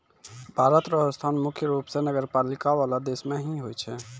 भारत र स्थान मुख्य रूप स नगरपालिका वाला देश मे ही होय छै